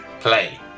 play